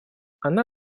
она